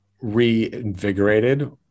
reinvigorated